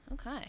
okay